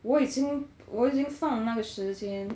我已经我已经放了那个时间